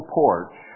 porch